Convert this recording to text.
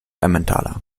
emmentaler